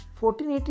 1480